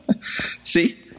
see